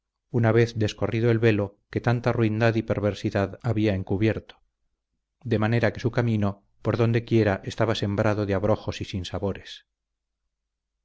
una vez descorrido el velo que tanta ruindad y perversidad había encubierto de manera que su camino por donde quiera estaba sembrado de abrojos y sinsabores